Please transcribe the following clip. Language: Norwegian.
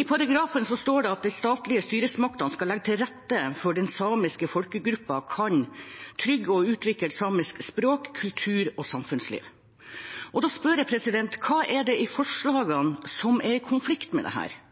I paragrafen står det: «Dei statlege styresmaktene skal leggje til rette for at den samiske folkegruppa kan tryggje og utvikle samisk språk, kultur og samfunnsliv.» Og da spør jeg: Hva er det i forslagene som er i konflikt med dette? Hva er det